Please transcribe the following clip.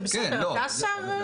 זה בסדר, אתה השר.